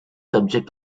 subject